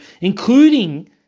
including